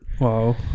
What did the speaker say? Wow